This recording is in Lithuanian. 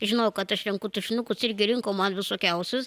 žinojo kad aš renku tušinukus irgi rinko man visokiausius